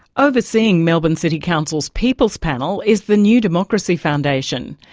overseeing melbourne city council's people's panel is the newdemocracy foundation.